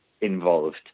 involved